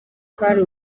kwari